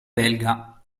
belga